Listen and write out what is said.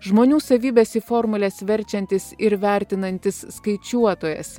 žmonių savybes į formules verčiantis ir vertinantis skaičiuotojas